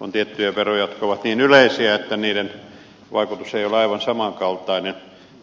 on tiettyjä veroja jotka ovat niin yleisiä että niiden vaikutus ei ole aivan samankaltainen